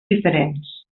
diferents